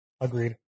Agreed